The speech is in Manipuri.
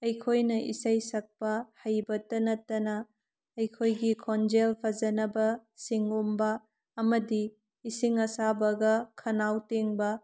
ꯑꯩꯈꯣꯏꯅ ꯏꯁꯩ ꯁꯛꯄ ꯍꯩꯕꯇ ꯅꯠꯇꯅ ꯑꯩꯈꯣꯏꯒꯤ ꯈꯣꯟꯖꯦꯟ ꯐꯖꯅꯕ ꯁꯤꯡ ꯎꯝꯕ ꯑꯃꯗꯤ ꯏꯁꯤꯡ ꯑꯁꯥꯕꯒ ꯈꯅꯥꯎ ꯇꯦꯡꯕ